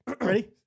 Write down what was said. Ready